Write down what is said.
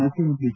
ಮುಖ್ಯಮಂತ್ರಿ ಎಚ್